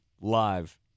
live